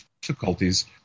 difficulties